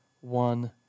one